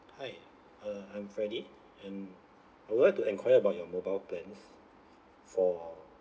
hi uh I'm freddy and I would like to enquire about your mobile plans for